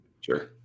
Sure